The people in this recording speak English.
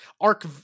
arc